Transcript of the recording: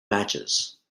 matches